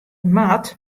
moat